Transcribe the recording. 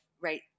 right